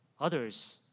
Others